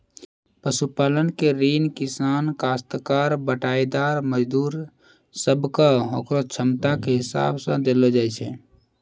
पशुपालन के ऋण किसान, कास्तकार, बटाईदार, मजदूर सब कॅ होकरो क्षमता के हिसाब सॅ देलो जाय छै